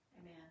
Amen